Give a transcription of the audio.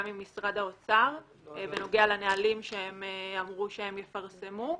עם משרד האוצר בנוגע לנהלים שהם הבטיחו לפרסם.